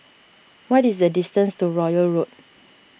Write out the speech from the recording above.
what is the distance to Royal Road